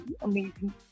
amazing